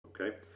okay